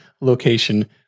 location